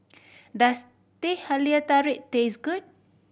does Teh Halia Tarik taste good